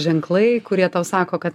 ženklai kurie tau sako kad